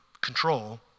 control